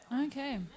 Okay